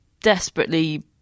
desperately